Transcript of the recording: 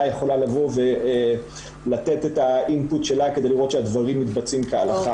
יכולה לבוא ולתת את האינפוט שלה כדי לראות שהדברים מתבצעים כהלכה.